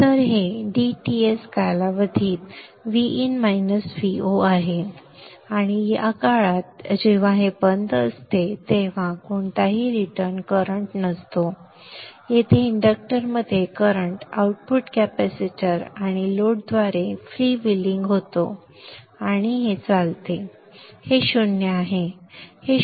तर हे dTs कालावधीत Vin Vo आहे आणि त्या काळात जेव्हा हे बंद असते तेव्हा कोणताही रिटर्न करंट नसतो येथे इंडक्टरमध्ये करंट आउटपुट कॅपेसिटर आणि लोडद्वारे फ्रीव्हीलिंग होतो आणि हे चालते आणि हे 0 आहे